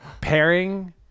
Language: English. pairing